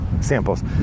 samples